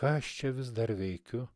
ką aš čia vis dar veikiu